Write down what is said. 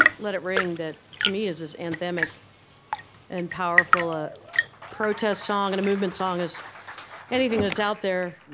let it ring, that, to me, is as anthemic and powerful a protest song, and a movement song, as anything that's out there.